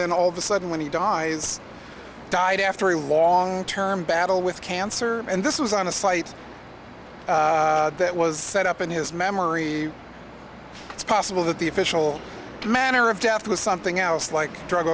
then all of a sudden when he dies died after a long term battle with cancer and this was on a slight that was set up in his memory it's possible that the official manner of death was something else like drug